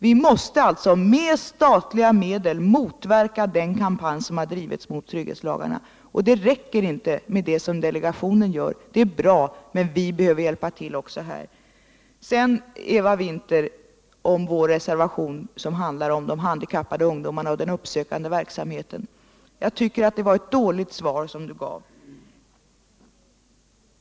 Vi måste alltså med statliga medel motverka den kampanj som drivits mot trygghetslagarna. Det räcker inte med det som delegationen gör. Det är bra, men vi behöver hjälpa till här. Sedan, Eva Winther, till vår reservation om de handikappade ungdomarna och den uppsökande verksamheten: Jag tycker det var ett dåligt svar jag fick.